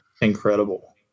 incredible